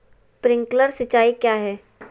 Sprinkler सिंचाई क्या है?